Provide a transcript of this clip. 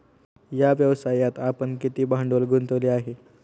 या व्यवसायात आपण किती भांडवल गुंतवले आहे?